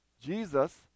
Jesus